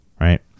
right